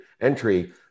entry